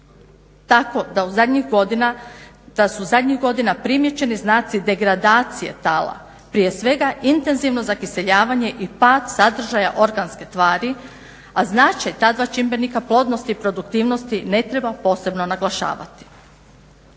Tako da u zadnjih godina primijećeni znaci degradacije tala, prije svega intenzivno zakiseljavanje i pad sadržaja organske tvari a značaj ta dva čimbenika i produktivnosti ne treba posebno naglašavati.